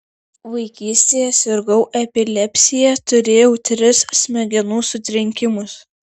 vaikystėje sirgau epilepsija turėjau tris smegenų sutrenkimus